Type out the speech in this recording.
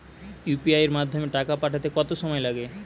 UPI এর মাধ্যমে টাকা পাঠাতে কত সময় লাগে?